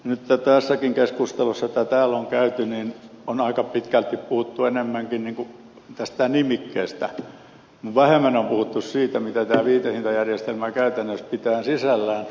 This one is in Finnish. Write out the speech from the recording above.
nyt tässäkin keskustelussa jota täällä on käyty on aika pitkälti puhuttu enemmänkin tästä nimikkeestä vähemmän on puhuttu siitä mitä tämä viitehintajärjestelmä käytännössä pitää sisällään